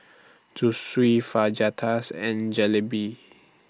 Zosui Fajitas and Jalebi